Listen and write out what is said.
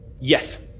Yes